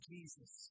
Jesus